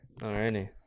Alrighty